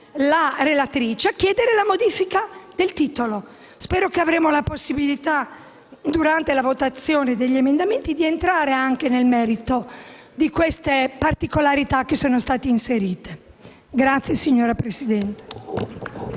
la relatrice a chiedere la modifica del titolo. Spero che avremo la possibilità, in sede di esame degli emendamenti, di entrare anche nel merito di queste particolarità che sono state previste nel provvedimento.